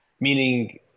Meaning